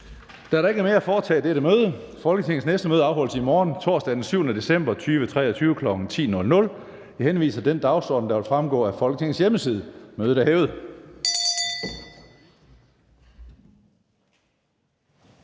Der er ikke mere at foretage i dette møde. Folketingets næste møde afholdes i morgen, torsdag den 7. december 2023, kl. 10.00. Jeg henviser til den dagsorden, der vil fremgå af Folketingets hjemmeside. Mødet er hævet.